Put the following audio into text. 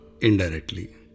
indirectly